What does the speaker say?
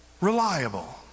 reliable